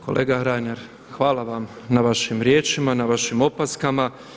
Kolega Reiner, hvala vam na vašim riječima, na vašim opaskama.